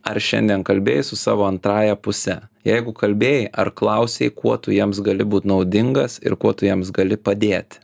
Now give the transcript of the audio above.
ar šiandien kalbėjai su savo antrąja puse jeigu kalbėjai ar klausei kuo tu jiems gali būt naudingas ir kuo tu jiems gali padėti